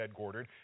headquartered